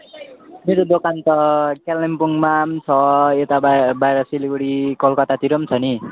मेरो दोकान त कालिम्पोङमा पनि छ यता बाहिर सिलगढी कलकत्तातिर पनि छ नि